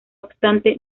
obstante